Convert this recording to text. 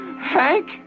Hank